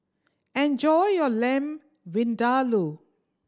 enjoy your Lamb Vindaloo